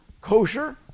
kosher